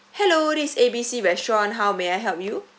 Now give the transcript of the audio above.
hello this is A B C restaurant how may I help you